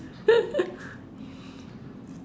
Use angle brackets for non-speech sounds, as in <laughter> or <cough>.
<laughs>